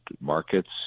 markets